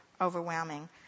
overwhelming